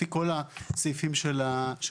לפי כל הסעיפים של הפטורים.